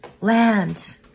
land